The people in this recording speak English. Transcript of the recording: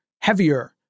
heavier